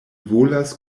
volas